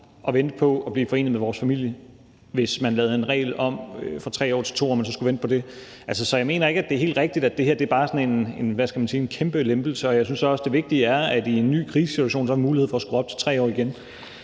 at vente på at blive forenet med vores familie, hvis en regel blev lavet om fra 3 år til 2 år og man så skulle vente på det. Så jeg mener ikke, at det er helt rigtigt, at det her bare er sådan en kæmpe lempelse, og jeg synes også, at det vigtige er, at i en ny krisesituation har vi mulighed for at skrue op til 3 år igen.